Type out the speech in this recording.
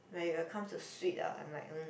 like if I come to sweet ah I'm like um